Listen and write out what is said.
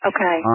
Okay